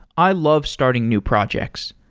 i love starting new projects,